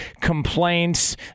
complaints